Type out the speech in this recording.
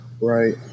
Right